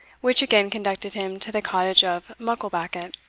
which again conducted him to the cottage of mucklebackit.